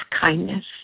kindness